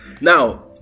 Now